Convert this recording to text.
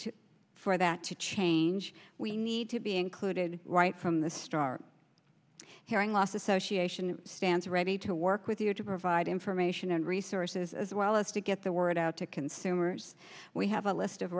to for that to change we need to be included right from the a star hearing loss association stands ready to work with you to provide information and resources as well as to get the word out to consumers we have a list of